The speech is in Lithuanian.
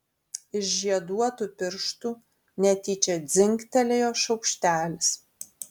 iš žieduotų pirštų netyčia dzingtelėjo šaukštelis